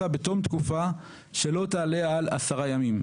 בתום תקופה שלא תעלה על עשרה ימים.